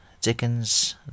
Dickens